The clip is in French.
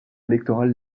électorale